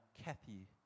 Kathy